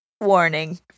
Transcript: warning